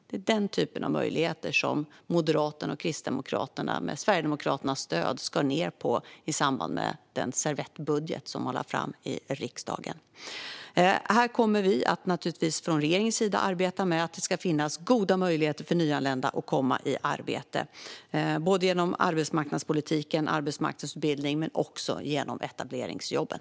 Det är denna typ av möjligheter som Moderaterna och Kristdemokraterna, med Sverigedemokraternas stöd, skar ned på i samband med den servettbudget som de lade fram i riksdagen. Vi från regeringen kommer naturligtvis att arbeta för att det ska finnas goda möjligheter för nyanlända att komma i arbete genom arbetsmarknadspolitiken, arbetsmarknadsutbildning och etableringsjobben.